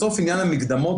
בסוף עניין המקדמות,